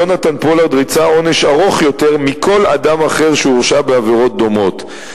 יונתן פולארד ריצה עונש ארוך יותר מכל אדם אחר שהורשע בעבירות דומות,